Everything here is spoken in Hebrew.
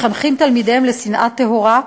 מחנכים את תלמידיהם לשנאה טהורה,